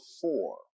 four